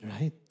right